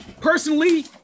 personally